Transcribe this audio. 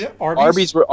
Arby's